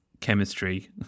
chemistry